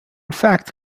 fact